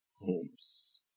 homes